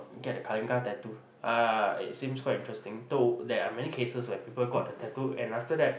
get the Kalinga tattoo ah it seems quite interesting though there are many cases where people got the tattoo and after that